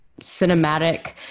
cinematic